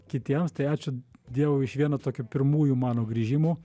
kitiems tai ačiū dievui iš vieno tokio pirmųjų mano grįžimų